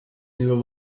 nibo